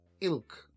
ilk